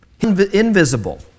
invisible